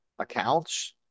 accounts